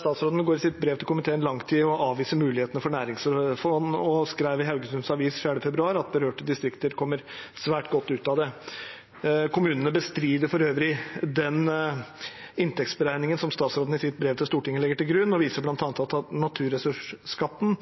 statsråden går i sitt brev til komiteen langt i å avvise mulighetene for næringsfond, og hun skrev i Haugesunds Avis 4. februar at berørte distrikter kommer svært godt ut av det. Kommunene bestrider for øvrig den inntektsberegningen som statsråden i sitt brev til Stortinget legger til grunn, og viser bl.a. til at naturressursskatten